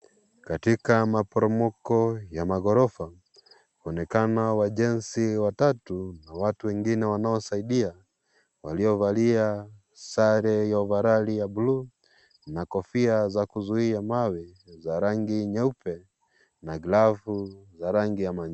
Katika maporomoko ya maghorofa inaonekana wajenzi watatu na watu wengine wanaosaidia waliovalia sare ya ovarali ya bluu na kofia za kuzuia mawe za rangi nyeupe na glavu ya rangi ya manjano.